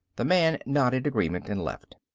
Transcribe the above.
the man nodded agreement and left.